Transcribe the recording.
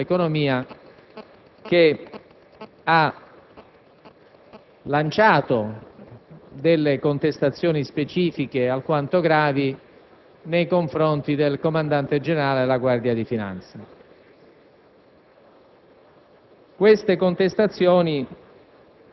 caratterizzati centralmente dall'intervento del Ministro dell'economia, che ha lanciato delle contestazioni specifiche alquanto gravi nei confronti del Comandante generale della Guardia di finanza.